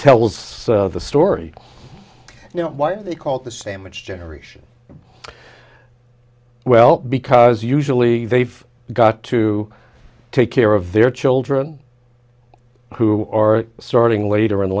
tells the story you know why they call the sandwich generation well because usually they've got to take care of their children who are starting later and